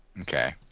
Okay